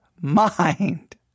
mind